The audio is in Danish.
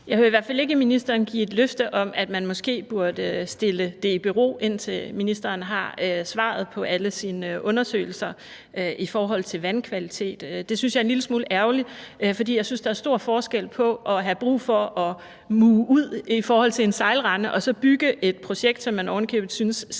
i hvert fald ikke ministeren give et løfte om, at man måske burde stille det i bero, indtil ministeren har svaret på alle sine undersøgelser i forhold til vandkvalitet. Det synes jeg er en lille smule ærgerligt, for jeg synes, der er stor forskel på at have brug for at muge ud til en sejlrende og så at bygge et projekt, som man ovenikøbet synes skal